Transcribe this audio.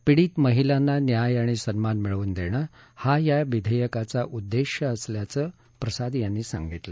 पीडित महिलांना न्याय आणि सन्मान मिळवून देणं हा या विधेयकाचा उद्देश असल्याचंही प्रसाद म्हणाले